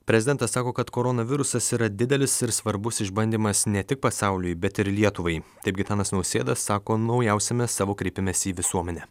prezidentas sako kad koronavirusas yra didelis ir svarbus išbandymas ne tik pasauliui bet ir lietuvai taip gitanas nausėda sako naujausiame savo kreipimesi į visuomenę